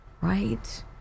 Right